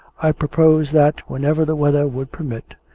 i proposed that, whenever the weather would permit,